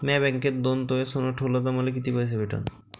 म्या बँकेत दोन तोळे सोनं ठुलं तर मले किती पैसे भेटन